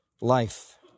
life